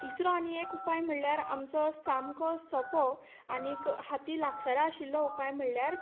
तिसरो आनी एक उपाय म्हळ्यार आमचो सामको सोंपो आनी हातीक लागसारा आशिल्लो उपाय म्हळ्यार